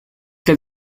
que